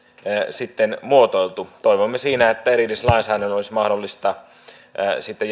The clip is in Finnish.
sitten muotoiltu toivomme siinä että erillislainsäädännöllä olisi mahdollista sitten